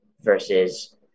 versus